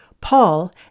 Paul